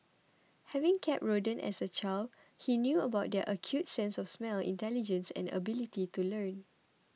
having kept rodents as a child he knew about their acute sense of smell intelligence and ability to learn